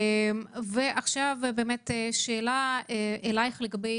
שאלה לגבי